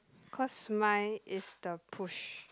cause mine is the push